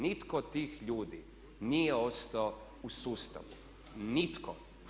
Nitko od tih ljudi nije ostao u sustavu, nitko.